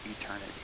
eternity